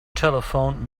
telephoned